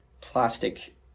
plastic